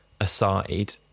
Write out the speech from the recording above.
aside